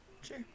Sure